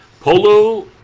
Polo